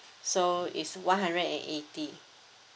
so it's one hundred and eighty